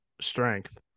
strength